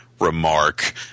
remark